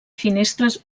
finestres